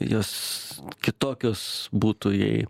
jos kitokios būtų jei